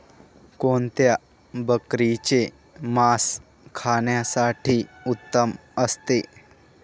कोणत्या बकरीचे मास खाण्यासाठी उत्तम असते?